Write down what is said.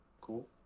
cool